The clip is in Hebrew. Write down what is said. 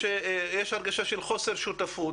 יש הרגשה של חוסר שותפות.